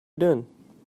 doing